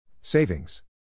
Savings